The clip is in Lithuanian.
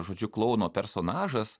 žodžiu klouno personažas